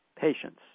patients